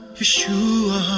Yeshua